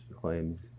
claims